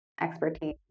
expertise